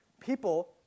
people